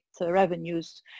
revenues